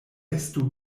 estu